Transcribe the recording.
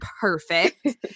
perfect